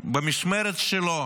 במשמרת שלו